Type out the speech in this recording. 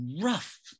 rough